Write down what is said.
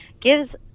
gives